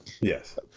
yes